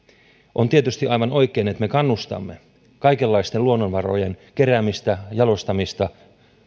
on tietysti aivan oikein että me kannustamme kaikenlaisten luonnonvarojen keräämiseen jalostamiseen